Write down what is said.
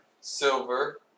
Silver